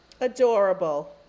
adorable